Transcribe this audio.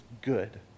good